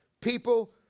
People